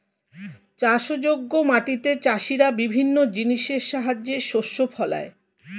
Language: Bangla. চাষযোগ্য মাটিতে চাষীরা বিভিন্ন জিনিসের সাহায্যে শস্য ফলায়